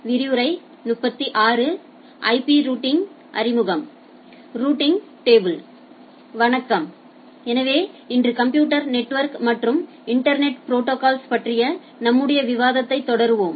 வணக்கம் எனவே இன்று கம்ப்யூட்டர் நெட்ஒர்க் மற்றும் இன்டர்நெட் ப்ரோடோகால்ஸ் பற்றிய நம்முடைய பாடத்தை தொடருவோம்